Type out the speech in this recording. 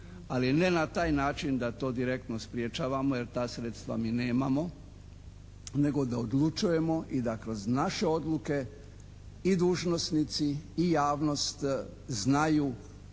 ali ne na taj način da to direktno sprječavamo jer ta sredstva mi nemamo, nego da odlučujemo i da kroz naše odluke i dužnosnici i javnost znaju